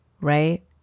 Right